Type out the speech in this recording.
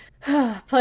Plus